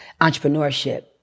entrepreneurship